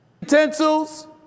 Utensils